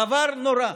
דבר נורא,